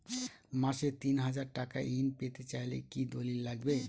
মাসে তিন হাজার টাকা ঋণ পেতে চাইলে কি দলিল লাগবে?